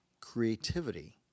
creativity